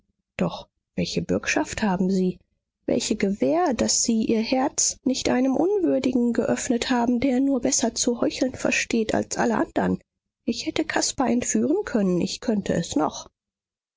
doch welche bürgschaft haben sie welche gewähr daß sie ihr herz nicht einem unwürdigen eröffnet haben der nur besser zu heucheln versteht als alle andern ich hätte caspar entführen können ich könnte es noch